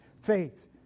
faith